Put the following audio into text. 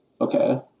okay